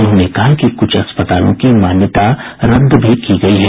उन्होंने कहा कि कुछ अस्पतालों की मान्यता रद्द भी की गयी है